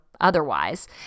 otherwise